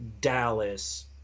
Dallas